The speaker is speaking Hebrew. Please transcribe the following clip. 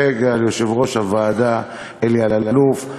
ליושב-ראש הוועדה אלי אלאלוף,